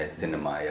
cinema